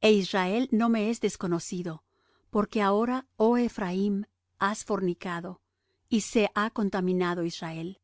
é israel no me es desconocido porque ahora oh ephraim has fornicado y se ha contaminado israel